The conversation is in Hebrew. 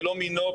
ולא מינו,